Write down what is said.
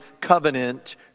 covenant